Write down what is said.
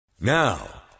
Now